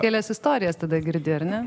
kelias istorijas tada girdi ar ne